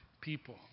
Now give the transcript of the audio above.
people